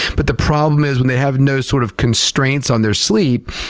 but the problem is when they have no sort of constraints on their sleep.